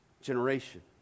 generation